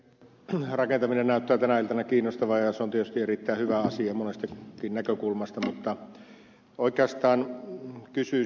rakentaminen näyttää tänä iltana kiinnostavan ja se on tietysti erittäin hyvä asia monestakin näkökulmasta mutta oikeastaan kysyisin ed